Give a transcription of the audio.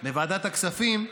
בוועדת הכספים,